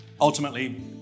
Ultimately